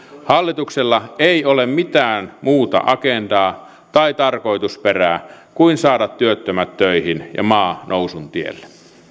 hallituksella ei ole mitään muuta agendaa tai tarkoitusperää kuin saada työttömät töihin ja maa nousun tielle